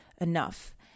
enough